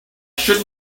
should